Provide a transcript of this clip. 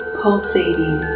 pulsating